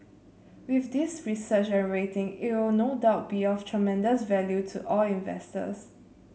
with this research and rating it will no doubt be of tremendous value to all investors